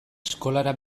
eskolara